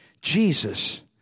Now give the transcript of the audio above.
Jesus